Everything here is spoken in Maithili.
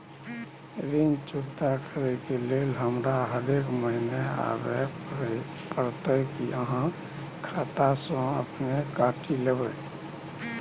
ऋण चुकता करै के लेल हमरा हरेक महीने आबै परतै कि आहाँ खाता स अपने काटि लेबै?